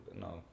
No